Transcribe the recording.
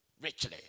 Richly